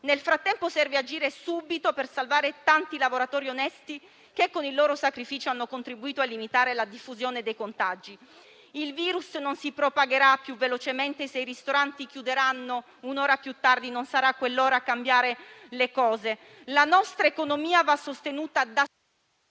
nel frattempo, serve agire subito per salvare tanti lavoratori onesti che, con il loro sacrificio, hanno contribuito a limitare la diffusione dei contagi. Il virus non si propagherà più velocemente se i ristoranti chiuderanno un'ora più tardi; non sarà quell'ora a cambiare le cose. La nostra economia va sostenuta da...